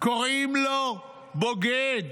קוראים לו בוגד,